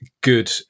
good